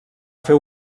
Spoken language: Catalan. fer